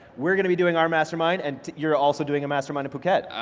we're gonna be doing our mastermind and you're also doing a mastermind at phuket.